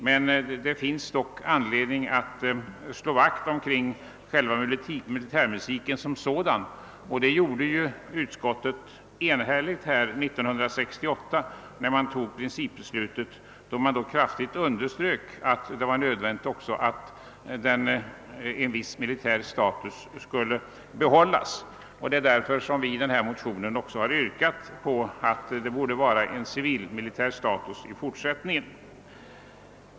Men det finns dock anledning att slå vakt kring själva militärmusiken som sådan och det gjorde utskottet enhälligt 1968, då man tog principbeslutet och därvid kraftigt underströk att det också var nödvändigt att en viss militär status skulle behållas. Det är därför som vi i vår motion har yrkat på att det borde vara en civilmilitär status i fortsättningen.